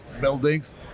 buildings